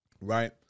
Right